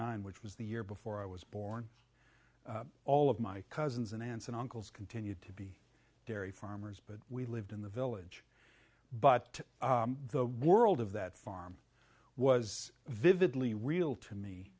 nine which was the year before i was born all of my cousins and aunts and uncles continued to be dairy farmers but we lived in the village but the world of that farm was vividly real to me